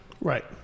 right